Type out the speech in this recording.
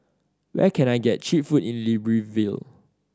where can I get cheap food in Libreville